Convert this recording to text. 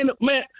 man